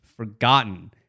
forgotten